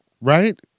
right